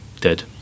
dead